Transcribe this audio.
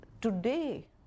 today